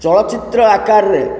ଚଳଚ୍ଚିତ୍ର ଆକାରରେ